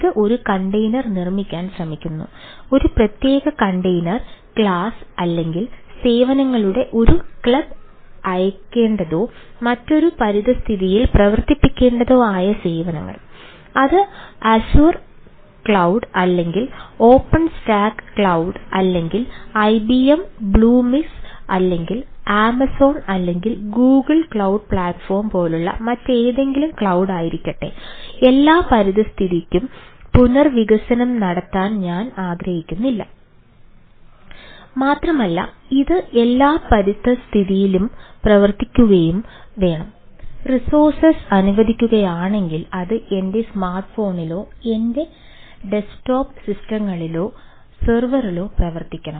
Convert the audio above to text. ഇത് ഒരു കണ്ടെയ്നർ സെർവറിലോ പ്രവർത്തിക്കണം